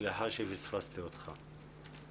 סליחה שלא הזכרתי זאת קודם לכן.